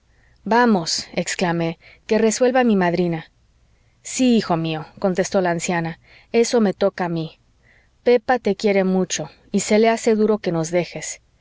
vamos exclamé que resuelva mi madrina sí hijo mío contestó la anciana eso me toca a mí pepa te quiere mucho y se le hace duro que nos dejes